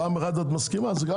דרך